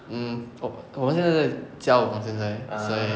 mm 我我们现在交往现在所以